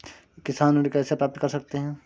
किसान ऋण कैसे प्राप्त कर सकते हैं?